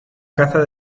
caza